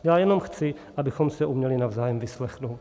Já jenom chci, abychom se uměli navzájem vyslechnout.